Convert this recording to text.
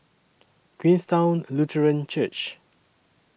Queenstown Lutheran Church